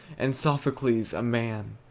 and sophocles a man